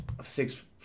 six